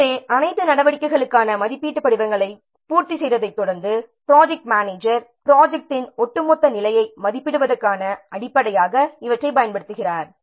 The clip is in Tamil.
எனவே அனைத்து நடவடிக்கைகளுக்கான மதிப்பீட்டு படிவங்களை பூர்த்தி செய்ததைத் தொடர்ந்து ப்ராஜெக்ட் மேனேஜர் ப்ராஜெக்ட்ன் ஒட்டுமொத்த நிலையை மதிப்பிடுவதற்கான அடிப்படையாக இவற்றைப் பயன்படுத்துகிறார்